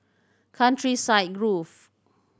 Countryside Grove